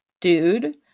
dude